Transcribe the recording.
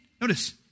notice